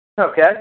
Okay